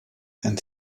and